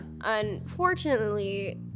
unfortunately